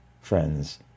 friends